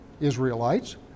Israelites